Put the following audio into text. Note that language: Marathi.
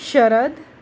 शरद